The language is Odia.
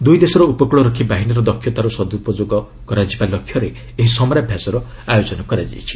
ଦୁଇ ଦେଶର ଉପକୃଳ ରକ୍ଷୀ ବାହିନୀର ଦକ୍ଷତାର ସଦୁପଯୋଗ ଲକ୍ଷ୍ୟରେ ଏହି ସମରାଭ୍ୟାସର ଆୟୋଜନ କରାଯାଇଛି